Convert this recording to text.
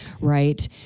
right